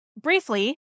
briefly